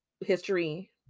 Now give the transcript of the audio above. history